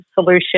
solution